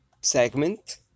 segment